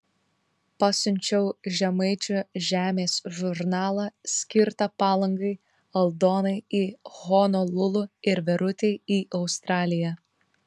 pasiunčiau žemaičių žemės žurnalą skirtą palangai aldonai į honolulu ir verutei į australiją